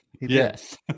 Yes